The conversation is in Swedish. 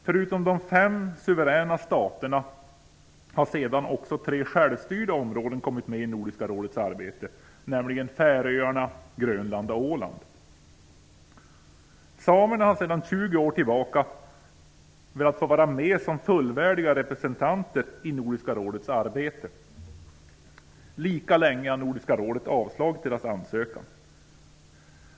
Förutom de fem suveräna staterna har sedan också tre självstyrda områden kommit med i Nordiska rådets arbete, nämligen Färöarna, Grönland och Åland. Samerna har sedan 20 år tillbaka velat få vara med som fullvärdiga representanter i Nordiska rådets arbete. Lika länge har Nordiska rådet avslagit deras ansökan.